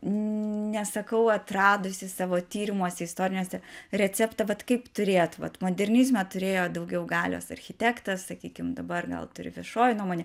nesakau atradusi savo tyrimuose istoriniuose receptą vat kaip turėt vat modernizme turėjo daugiau galios architektas sakykim dabar gal turi viešoji nuomonė